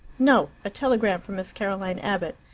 no! a telegram for miss caroline abbott.